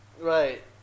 right